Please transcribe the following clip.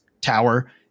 tower